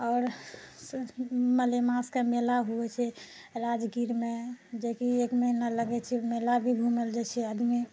आओर मलेमासके मेला होबए छै राजगीरमे जेकि एक महीना लागए छै से मेला भी घूमए लए जाइत छै आदमी